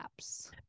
apps